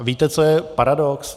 Víte, co je paradox?